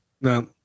No